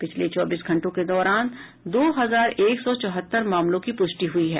पिछले चौबीस घंटों के दौरान दो हजार एक सौ चौहत्तर मामलों की पुष्टि हुई है